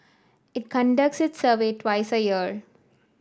it conducts its survey twice a year